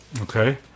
Okay